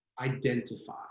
identify